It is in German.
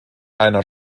einer